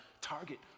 target